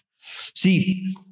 See